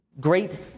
great